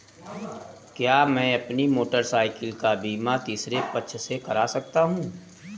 क्या मैं अपनी मोटरसाइकिल का बीमा तीसरे पक्ष से करा सकता हूँ?